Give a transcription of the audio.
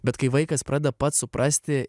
bet kai vaikas pradeda pats suprasti